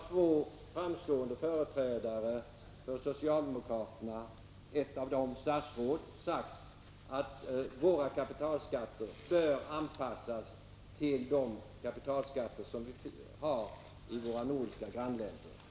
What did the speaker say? Två framstående företrädare för socialdemokraterna — en av dem statsråd — har sagt att våra kapitalskatter bör anpassas till dem man har i våra nordiska grannländer.